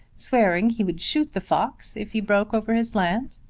swearing he would shoot the fox if he broke over his land?